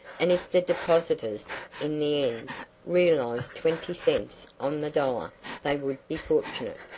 and if the depositors in the end realized twenty cents on the dollar they would be fortunate.